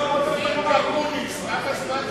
על מה האופוזיציה רוגשת ומתרגשת?